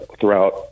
throughout